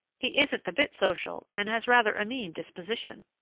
he isn't a bit social and has rather a mean disposition.